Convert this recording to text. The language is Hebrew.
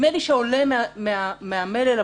שעולה מהמלל,